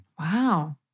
Wow